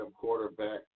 quarterback